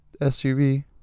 SUV